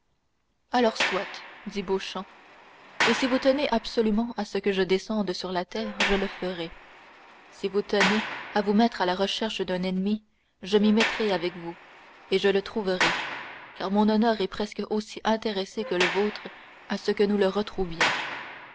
alors soit dit beauchamp et si vous tenez absolument à ce que je descende sur la terre je le ferai si vous tenez à vous mettre à la recherche d'un ennemi je m'y mettrai avec vous et je le trouverai car mon honneur est presque aussi intéressé que le vôtre à ce que nous le